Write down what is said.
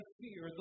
fear